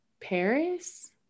Paris